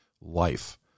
life